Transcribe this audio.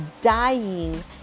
dying